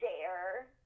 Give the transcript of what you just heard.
dare